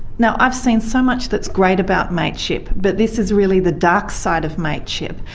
now, i have seen so much that's great about mateship but this is really the dark side of mateship,